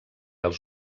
els